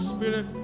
Spirit